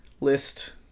list